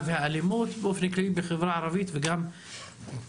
והאלימות באופן כללי בחברה הערבית וגם בנגב,